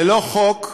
ללא חוק,